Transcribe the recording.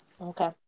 Okay